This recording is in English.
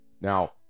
Now